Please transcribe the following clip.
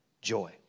joy